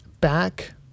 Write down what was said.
back